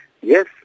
Yes